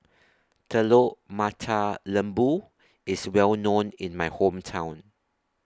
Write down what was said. Telur Mata Lembu IS Well known in My Hometown